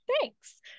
Thanks